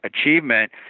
achievement